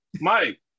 Mike